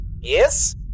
Yes